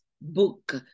book